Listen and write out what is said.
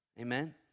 Amen